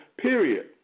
period